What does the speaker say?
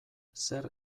zer